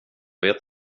vet